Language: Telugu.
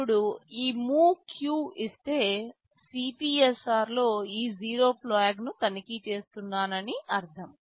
ఇప్పుడు నేను ఈ MOVEQ ఇస్తే CPSR లో ఈ జీరోఫ్లాగ్ ను తనిఖీ చేస్తున్నానని అర్థం